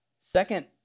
Second